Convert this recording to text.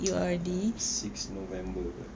uh six november